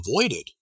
avoided